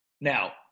Now